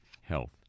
health